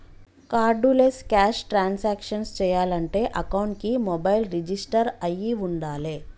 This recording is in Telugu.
కార్డులెస్ క్యాష్ ట్రాన్సాక్షన్స్ చెయ్యాలంటే అకౌంట్కి మొబైల్ రిజిస్టర్ అయ్యి వుండాలే